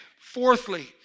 Fourthly